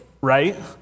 right